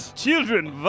children